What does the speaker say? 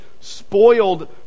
spoiled